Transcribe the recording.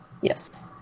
Yes